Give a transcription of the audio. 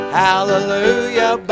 hallelujah